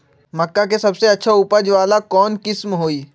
मक्का के सबसे अच्छा उपज वाला कौन किस्म होई?